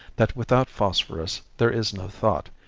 that without phosphorus there is no thought,